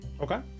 Okay